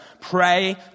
Pray